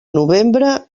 novembre